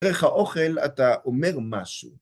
דרך האוכל, אתה אומר משהו.